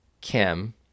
Kim